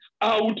out